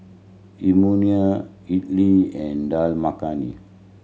Imoni Idili and Dal Makhani